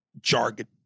jargon